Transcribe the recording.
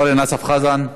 אורן אסף חזן,